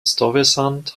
stuyvesant